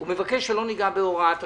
הוא מבקש שלא ניגע בהוראת השעה,